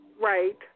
Right